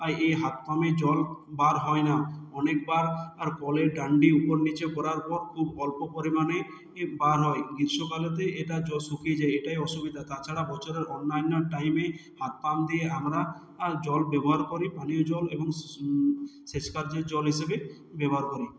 আর এই হাতপাম্পের জল বার হয় না অনেকবার আর কলের ডান্ডি উপর নিচে করার পর খুব অল্প পরিমাণে বার হয় গ্রীষ্মকালেতে এটার জল শুকিয়ে যায় এটাই অসুবিধা তাছাড়া বছরের অন্যান্য টাইমে হাতপাম্প দিয়ে আমরা জল ব্যবহার করি পানীয় জল এবং সেচকার্যের জল হিসেবে ব্যবহার করি